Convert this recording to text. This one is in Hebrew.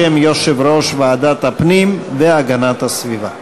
בשם יושב-ראש ועדת הפנים והגנת הסביבה.